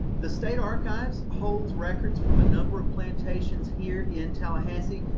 the state archives holds records from a number of plantations here in tallahassee.